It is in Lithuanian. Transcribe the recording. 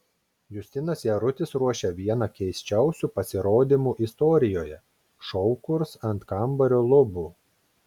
justinas jarutis ruošia vieną keisčiausių pasirodymų istorijoje šou kurs ant kambario lubų